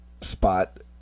spot